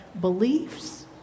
beliefs